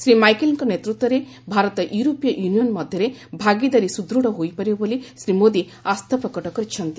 ଶ୍ରୀ ମାଇକେଲ୍ଙ୍କ ନେତୃତ୍ୱରେ ଭାରତ ୟୁରୋପୀୟ ୟୁନିୟନ୍ ମଧ୍ୟରେ ଭାଗିଦାରୀ ସୁଦୃଢ଼ ହୋଇପାରିବ ବୋଲି ଶ୍ରୀ ମୋଦି ଆସ୍ଥା ପ୍ରକଟ କରିଛନ୍ତି